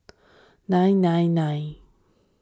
nine nine nine